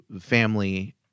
family-